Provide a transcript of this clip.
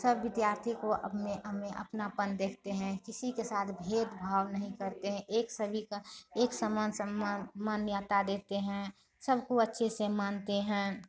सब विद्यार्थी को अपने हमें अपनापन देखते हैं किसी के साथ भेदभाव नहीं करते हैं एक सभी का एक समान सम्मान मान्यता देते हैं सबको अच्छे से मानते हैं